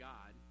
God